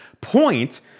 point